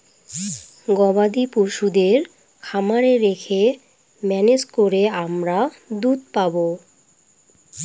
গবাদি পশুদের খামারে রেখে ম্যানেজ করে আমরা দুধ পাবো